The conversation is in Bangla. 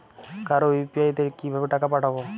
কারো ইউ.পি.আই তে কিভাবে টাকা পাঠাবো?